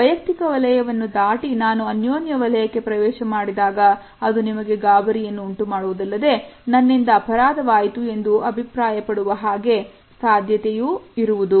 ವೈಯಕ್ತಿಕ ವಲಯವನ್ನು ದಾಟಿ ನಾನು ಅನ್ಯೋನ್ಯ ವಲಯಕ್ಕೆ ಪ್ರವೇಶ ಮಾಡಿದಾಗ ಅದು ನಿಮಗೆ ಗಾಬರಿಯನ್ನು ಉಂಟುಮಾಡುವುದಲ್ಲದೆ ನನ್ನಿಂದ ಅಪರಾಧವಾಯಿತು ಎಂದು ಅಭಿಪ್ರಾಯಪಡುವ ಹಾಗೆ ಆಗುವ ಸಾಧ್ಯತೆಯೂ ಇರುವುದು